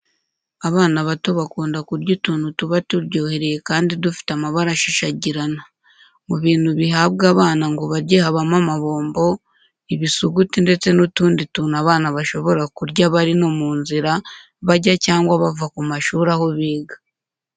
Abana bato bakunda kurya utuntu tuba turyohereye kandi dufite amabara ashashagirana. Mu bintu bihabwa abana ngo barye habamo: amabombo, ibisuguti ndetse n'utundi tundu abana bashobora kurya bari no mu nzira bajya cyangwa bava ku mashuri aho biga.